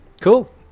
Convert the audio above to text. Cool